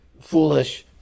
foolish